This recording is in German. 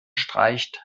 streicht